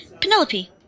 Penelope